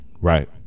Right